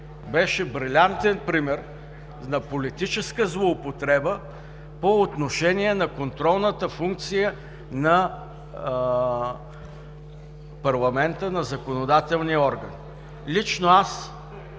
беше брилянтен пример на политическа злоупотреба по отношение на контролната функция на парламента, на законодателния орган. Лично аз